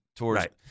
Right